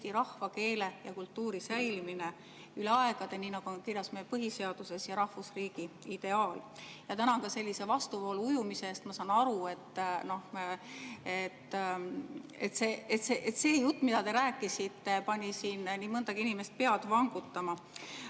rahva, keele ja kultuuri säilimine üle aegade, nii nagu on kirjas meie põhiseaduses, ja rahvusriigi ideaal. Ja tänan ka sellise vastuvoolu ujumise eest. Ma saan aru, et see jutt, mida te rääkisite, pani siin nii mõndagi inimest pead vangutama.